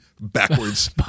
backwards